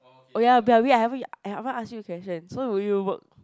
oh ya by the way I haven't I haven't ask you the question so would you work